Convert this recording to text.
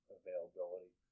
availability